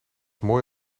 mooi